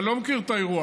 אני לא מכיר את האירוע.